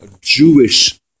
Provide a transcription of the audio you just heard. Jewish